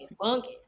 Funky